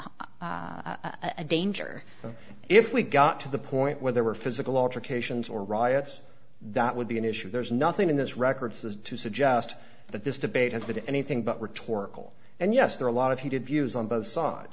a danger if we got to the point where there were physical altercations or riots that would be an issue there's nothing in those records is to suggest that this debate has been anything but rhetorical and yes there are a lot of heated views on both sides